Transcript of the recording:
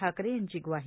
ठाकरे यांची ग्वाही